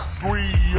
three